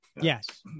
Yes